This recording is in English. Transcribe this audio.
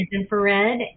infrared